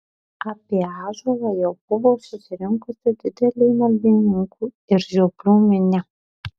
apie ąžuolą jau buvo susirinkusi didelė maldininkų ir žioplių minia